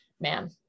man